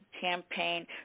campaign